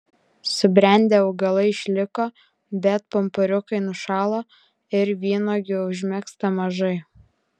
subrendę augalai išliko bet pumpuriukai nušalo ir vynuogių užmegzta mažai